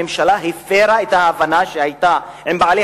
הממשלה הפירה את ההבנה שהיתה עם בעלי